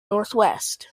northwest